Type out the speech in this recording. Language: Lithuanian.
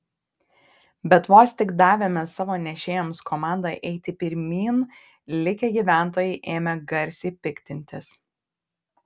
bet vos tik davėme savo nešėjams komandą eiti pirmyn likę gyventojai ėmė garsiai piktintis